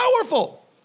powerful